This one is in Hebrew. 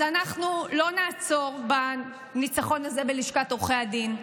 אז אנחנו לא נעצור בניצחון הזה בלשכת עורכי הדין.